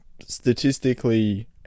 statistically